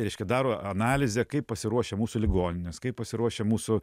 reiškia daro analizę kaip pasiruošę mūsų ligoninės kaip pasiruošę mūsų